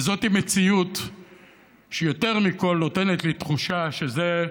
וזאת מציאות שיותר מכול נותנת לי תחושה שזה: